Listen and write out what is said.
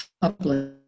public